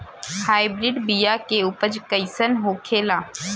Hybrid बीया के उपज कैसन होखे ला?